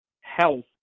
health